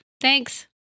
Thanks